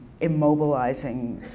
immobilizing